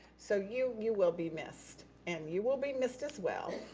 so you you will be missed. and you will be missed as well,